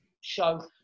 show